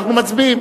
אנחנו מצביעים.